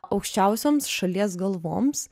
aukščiausioms šalies galvoms